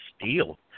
steal